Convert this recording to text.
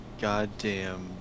goddamn